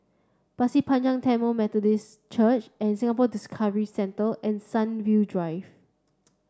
Pasir Panjang Tamil Methodist Church and Singapore Discovery Centre and Sunview Drive